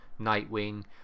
Nightwing